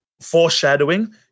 foreshadowing